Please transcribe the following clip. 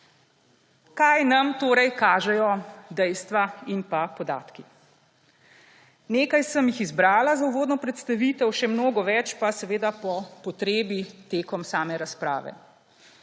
Kaj nam torej kažejo dejstva in podatki? Nekaj sem jih izbrala za uvodno predstavitev, še mnogo več pa po potrebi tekom same razprave.